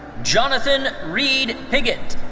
jonathon reid pigott.